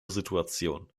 situation